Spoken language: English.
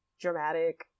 dramatic